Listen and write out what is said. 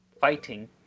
fighting